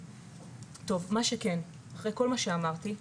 מה שכן, אחרי כל מה שאמרתי,